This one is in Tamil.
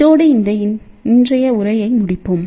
இதோடு இந்த இன்றைய விரிவுரையை முடிப்போம்